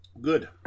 Good